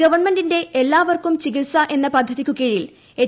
ഗവൺമെന്റിന്റെ എല്ലാവർക്കും ചികിൽസ എന്ന പദ്ധതിയ്ക്കു കീഴിൽ എച്ച്